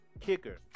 kicker